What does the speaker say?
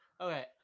Okay